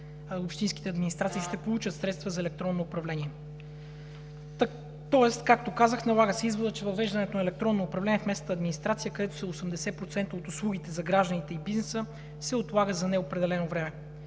общинските администрации ще получат средства за електронно управление, тоест, както казах, налага се изводът, че въвеждането на електронно управление в местната администрация, където са 80% от услугите за гражданите и бизнеса, се отлага за неопределено време.